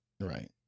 Right